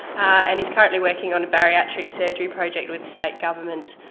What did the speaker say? and is currently working on a bariatric surgery project with the state government.